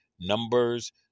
numbers